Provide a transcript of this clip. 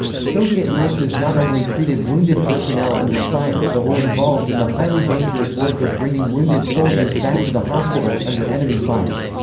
soviet nurses not only treated wounded personnel under fire but were involved in the highly dangerous work of bringing wounded soldiers back to the hospitals under enemy fire.